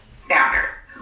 founders